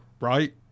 right